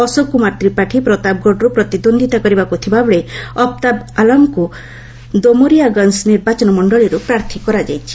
ଅଶୋକ କୁମାର ତ୍ରିପାଠୀ ପ୍ରତାପଗଡ଼ରୁ ପ୍ରତିଦ୍ୱନ୍ଦିତା କରିବାକୁ ଥିବାବେଳେ ଅଫତାବ ଆଲାମଙ୍କୁ ଦୋମରିୟାଗଞ୍ଜ ନିର୍ବାଚନ ମଣ୍ଡଳୀରୁ ପ୍ରାର୍ଥୀ କରାଯାଇଛି